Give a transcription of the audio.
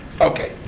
Okay